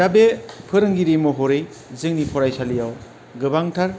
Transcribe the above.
दा बे फोरोंगिरि महरै जोंनि फरायसालियाव गोबांथार